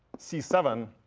c seven.